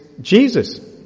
Jesus